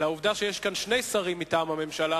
לעובדה שיש כאן שני שרים מטעם הממשלה.